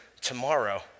tomorrow